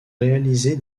réaliser